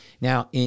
Now